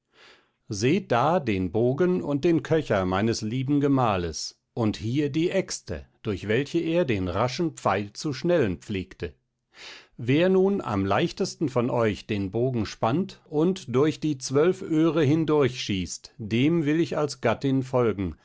seht da den bogen und den köcher meines lieben gemahles und hier die äxte durch welche er den raschen pfeil zu schnellen pflegte wer nun am leichtesten von euch den bogen spannt und durch die zwölf öhre hindurch schießt dem will ich als gattin folgen